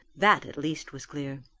that at least was clear.